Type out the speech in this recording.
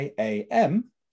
IAM